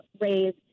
raise